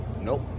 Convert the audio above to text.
Nope